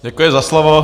Děkuji za slovo.